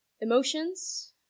Emotions